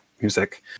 music